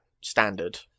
standard